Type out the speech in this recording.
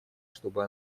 чтобы